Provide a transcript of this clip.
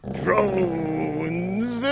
drones